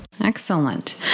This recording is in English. Excellent